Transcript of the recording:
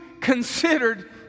considered